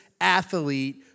athlete